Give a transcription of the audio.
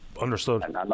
understood